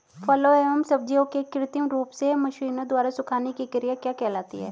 फलों एवं सब्जियों के कृत्रिम रूप से मशीनों द्वारा सुखाने की क्रिया क्या कहलाती है?